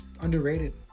underrated